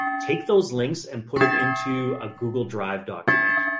take those links and put them into a google drive document,